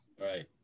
Right